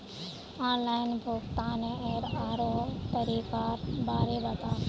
online भुग्तानेर आरोह तरीकार बारे बता